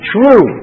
True